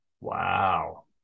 Wow